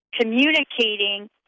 communicating